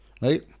Right